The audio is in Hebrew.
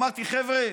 אמרתי: חבר'ה,